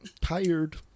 Tired